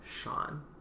Sean